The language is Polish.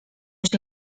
się